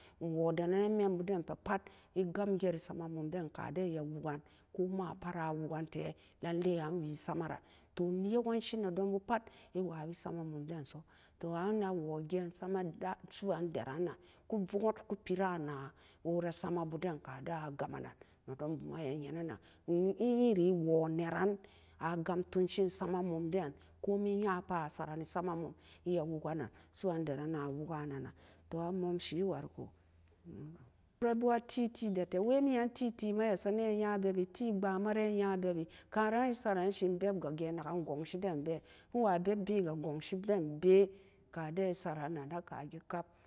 Wo danan miian boo den gaa pat e gam jeri sama mum den ka den e woo kan koo maa pat e woo ken tee nan lee an wee sama ran toh yawan shi ne don bu pat e wawee sama mum den soo toh an na woo gee same dan su'uandaran nan ku wo'ut pera na wora sama bu da'an ka deen a gaa mee nan nedom bu ma a yee nee-nen e yee ree e woo nee ran a ga'am tongseen samamum den yaa wukenan su'uandaran e wu'kaanenan to a momsi wariko wora bu a tee tee'e e te'a wee mii an tee tee'e ma e ma saren nan e nya beb bi tee ba'an ma e ma saren nen e nya bebbi karan e saran sen beb ga gee naken gongsi den bee e waa gongsi den bee ka den saraa kan bee ka geen.